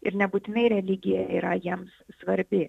ir nebūtinai religija yra jiems svarbi